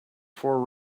four